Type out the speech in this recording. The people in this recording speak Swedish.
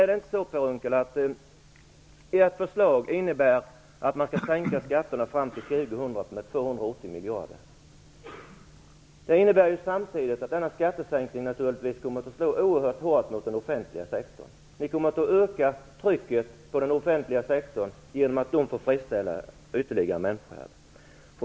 Är det inte så, Per Unckel, att ert förslag innebär att man skall sänka skatterna till år 2000 med 280 miljarder? Det innebär att denna skattesänkning kommer att slå oerhört hårt mot den offentliga sektorn. Ni kommer att öka trycket på den offentliga sektorn så att man får friställa ytterligare människor.